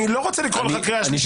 אני לא רוצה לקרוא לך קריאה שלישית,